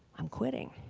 i'm quitting.